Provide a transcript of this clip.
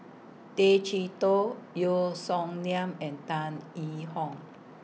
Tay Chee Toh Yeo Song Nian and Tan Yee Hong